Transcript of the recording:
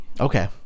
Okay